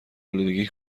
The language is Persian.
آلودگی